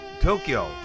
Tokyo